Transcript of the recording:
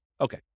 Okay